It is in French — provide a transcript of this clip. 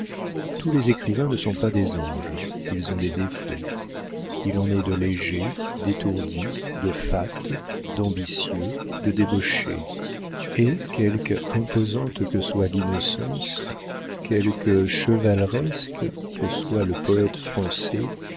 tous les écrivains ne sont pas des anges ils ont des défauts il en est de légers d'étourdis de fats d'ambitieux de débauchés et quelque imposante que soit l'innocence quelque chevaleresque que soit le poëte français